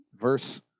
Verse